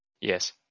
Yes